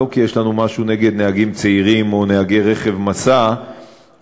לא כי יש לנו משהו נגד נהגים צעירים או נהגי רכב משא כבד,